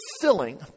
filling